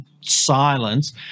silence